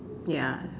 ya